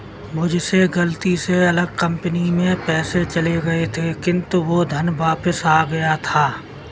मुझसे गलती से अलग कंपनी में पैसे चले गए थे किन्तु वो धन वापिस आ गया था